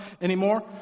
anymore